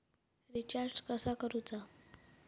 Recharge कसा करूचा?